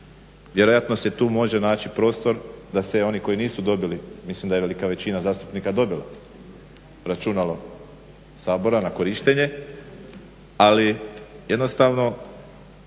Vjerojatno se tu može naći prostor da se oni koji nisu dobili, mislim da je velika većina zastupnika dobila računalo Sabora na korištenje, ali jednostavno